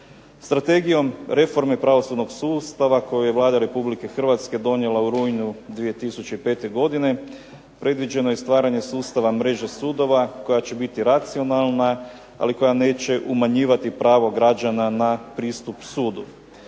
Strategijom reforme pravosudnog sudstva kojem Vlada Republike Hrvatske donijela u rujnu 2005. previđeno je stvaranje sustava mreže sudova koja će biti racionalna, ali koja neće umanjivati pravo građana na pristup sudu.